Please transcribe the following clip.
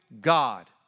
God